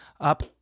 up